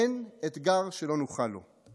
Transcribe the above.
אין אתגר שלא נוכל לו.